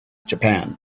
japan